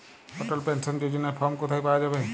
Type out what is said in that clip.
অটল pension যোজনার form কোথায় পাওয়া যাবে?